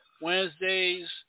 Wednesdays